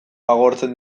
agortzen